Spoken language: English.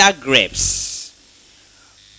grapes